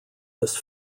this